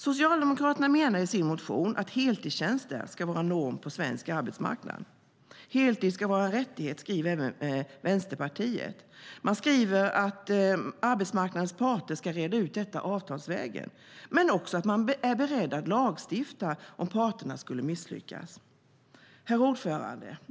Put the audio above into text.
Socialdemokraterna menar i sin motion att heltidstjänster ska vara norm på svensk arbetsmarknad. Heltid ska vara en rättighet, skriver även Vänsterpartiet. Man skriver att arbetsmarknadens parter ska reda ut detta avtalsvägen men också att man är beredd att lagstifta om parterna skulle misslyckas. Herr talman!